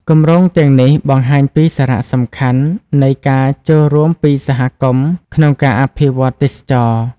គម្រោងទាំងនេះបង្ហាញពីសារៈសំខាន់នៃការចូលរួមពីសហគមន៍ក្នុងការអភិវឌ្ឍទេសចរណ៍។